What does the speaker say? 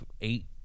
eight